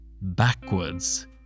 backwards